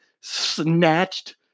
snatched